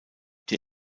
die